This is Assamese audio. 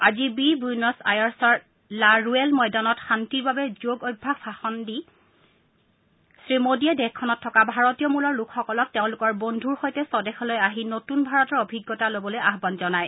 আজি বি ব্যুনোছ আয়াৰ্ছৰ লা ৰুৱেল ময়দানত শান্তিৰ বাবে যোগ অভ্যাসত ভাষণ দি শ্ৰীমোডীয়ে দেশখনত থকা ভাৰতীয় মূলৰ লোকসকলক তেওঁলোকৰ বন্ধুৰ সৈতে স্বদেশলৈ আহি নতুন ভাৰতৰ অভিজ্ঞতা ল'বলৈ আহান জনায়